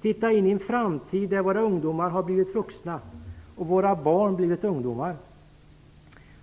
Titta in i en framtid, där våra ungdomar har blivit vuxna och våra barn blivit ungdomar.